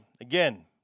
Again